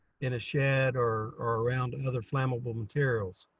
in a shed or or around and other flammable materials.